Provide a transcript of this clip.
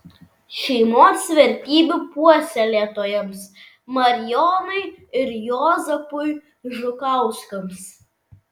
šeimos vertybių puoselėtojams marijonai ir juozapui žukauskams